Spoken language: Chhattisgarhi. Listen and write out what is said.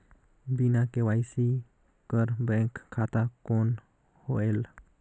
बिना के.वाई.सी कर बैंक खाता कौन होएल?